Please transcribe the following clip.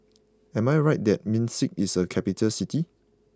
am I right that Minsk is a capital city